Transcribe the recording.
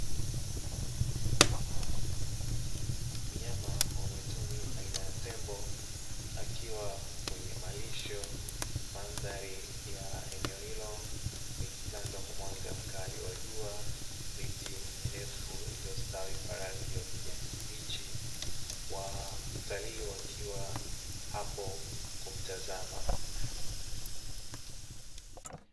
Mnyama wa mwituni aina ya tembo, akiwa kwenye malisho, mandhari ya eneo hilo likitandwa kwa mwanga mkali wa jua, miti mirefu iliyostawi kwa rangi ya ukijani kibichi, watalii wakiwa hapo kumtazama.